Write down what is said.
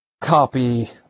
copy